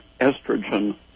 estrogen